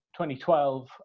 2012